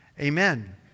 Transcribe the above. amen